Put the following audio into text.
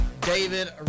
David